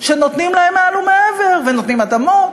שנותנים להם מעל ומעבר, ונותנים אדמות.